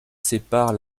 sépare